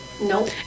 nope